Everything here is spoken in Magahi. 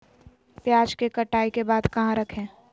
प्याज के कटाई के बाद कहा रखें?